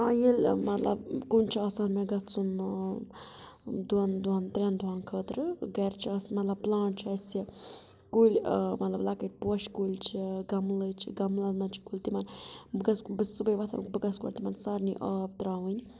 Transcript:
ییٚلہِ مَطلَب کُن چھُ آسان مےٚ گَژھُن دۄن دۄن ترٛیٚن دۄہن خٲطرٕ گَرِ چھ اَسہِ مطلَب پٕلانٹ چھِ اَسہِ کُلۍ مطلَب لَکٕٹۍ پوشہِ کُلۍ چھ گَملہٕ چھ گَملَن منٛز چھ کلۍ تِمَن بہٕ چھِس صُبحٲے وَتھان بہٕ گَژھہٕ گۄڈٕ تِمَن سٲرنی آب تَراوٕنۍ